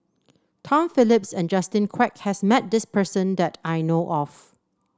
Tom Phillips and Justin Quek has met this person that I know of